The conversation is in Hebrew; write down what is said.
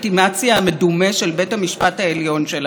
ואת מסיתה נגדו בקור רוח מחושב.